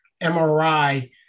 MRI